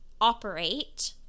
operate